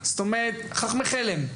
DVR. זאת אומרת חכמי חלם.